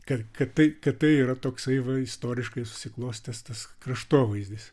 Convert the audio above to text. kad kad tai kad tai yra toksai va istoriškai susiklostęs tas kraštovaizdis